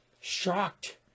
shocked